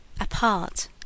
apart